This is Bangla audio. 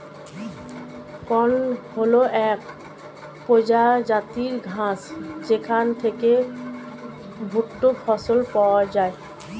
কর্ন হল এক প্রজাতির ঘাস যেখান থেকে ভুট্টা ফসল পাওয়া যায়